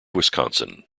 wisconsin